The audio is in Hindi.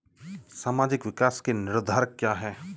सामाजिक विकास के निर्धारक क्या है?